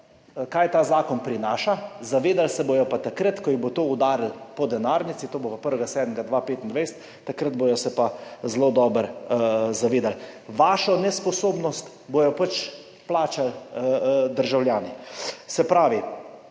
kaj ta zakon prinaša, zavedali se bodo pa takrat, ko jim bo to udarilo po denarnici, to bo pa 1. 7. 2025, takrat bodo se pa zelo dobro zavedali. Vašo nesposobnost bodo pač plačali državljani. Se pravi,